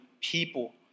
people